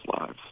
lives